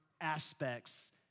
aspects